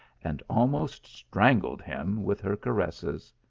and almost strangled him with her caresses.